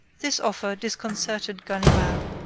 this offer disconcerted ganimard,